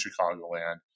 Chicagoland